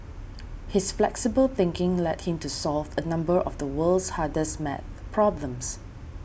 his flexible thinking led him to solve a number of the world's hardest math problems